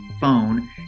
phone